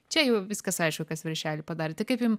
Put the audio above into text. čia jau viskas aišku kas viršelį padarė tai kaip jum